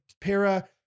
para